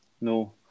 No